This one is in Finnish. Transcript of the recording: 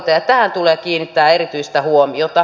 tähän tulee kiinnittää erityistä huomiota